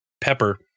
Pepper